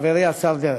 חברי השר דרעי.